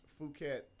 Phuket